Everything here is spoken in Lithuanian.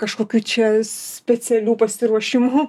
kažkokių čia specialių pasiruošimų